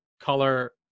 color